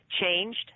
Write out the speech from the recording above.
changed